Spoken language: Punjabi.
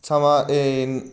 ਸਮਾਂ ਏ